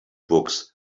books